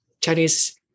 Chinese